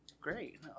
Great